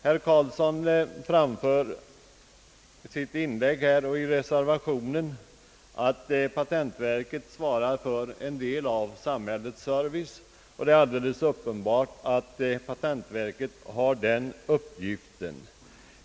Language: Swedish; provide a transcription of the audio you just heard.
Herr Carlsson anförde i sitt inlägg, och det står också i reservationen, att patentoch registreringsverket svarar för en del av samhällets service, och det är alldeles uppenbart att patentverket har den uppgiften.